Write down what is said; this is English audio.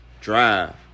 drive